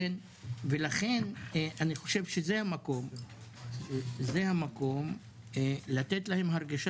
ולכן אני חושב שזה המקום לתת להם הרגשה